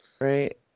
right